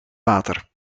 water